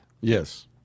Yes